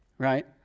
Right